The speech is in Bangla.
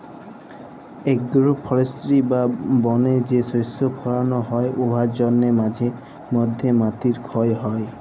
এগ্রো ফরেস্টিরি বা বলে যে শস্য ফলাল হ্যয় উয়ার জ্যনহে মাঝে ম্যধে মাটির খ্যয় হ্যয়